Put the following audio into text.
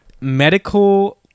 medical